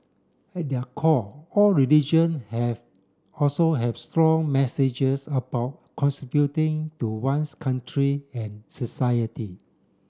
at their core all religion have also have strong messages about contributing to one's country and society